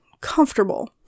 comfortable